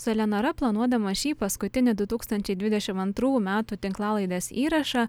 su eleonora planuodamos šį paskutinį du tūkstančiai dvidešim antrų metų tinklalaidės įrašą